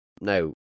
now